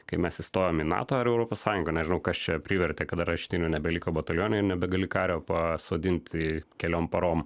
kai mes įstojom į nato ar į europos sąjungą nežinau kas čia privertė kada areštinių nebeliko batalione nebegali kario pasodinti keliom parom